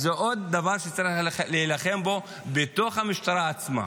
אז זה עוד דבר שצריך להילחם בו בתוך המשטרה עצמה.